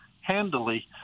handily